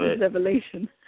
revelation